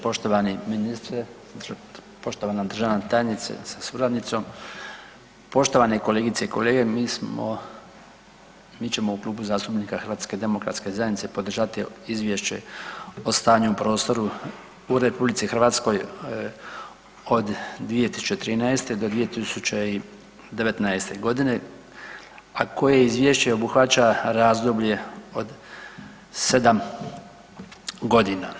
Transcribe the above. Poštovani ministre, poštovana državna tajnice sa suradnicom, poštovane kolegice i kolege mi smo, mi ćemo u Klubu zastupnika HDZ-a podržati Izvješće o stanju u prostoru u RH od 2013. do 2019. godine, a koje izvješće obuhvaća razdoblje od 7 godina.